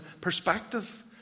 perspective